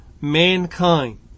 mankind